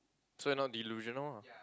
so you're not delusional ah